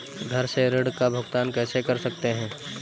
घर से ऋण का भुगतान कैसे कर सकते हैं?